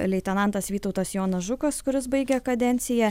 leitenantas vytautas jonas žukas kuris baigė kadenciją